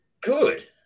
good